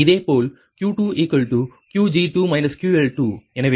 இதேபோல் Q2 Qg2 QL2 எனவே 0